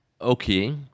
Okay